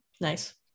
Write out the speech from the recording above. Nice